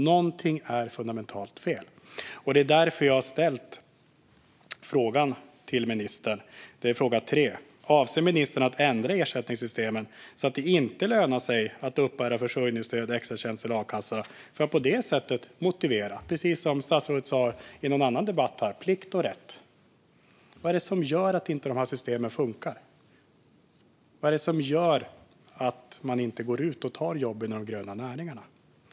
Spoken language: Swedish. Någonting är fundamentalt fel, och det var därför jag ställde min fråga 3 till ministern: Avser ministern att ändra ersättningssystem så att det inte lönar sig att uppbära försörjningsstöd, extratjänst eller a-kassa, för att på detta sätt motivera personer att ta dessa arbeten? Det handlar ju om, precis som statsrådet sa i en annan debatt här, plikt och rätt. Vad är det som gör att inte dessa system funkar? Vad är det som gör att man inte går ut och tar jobben i de gröna näringarna?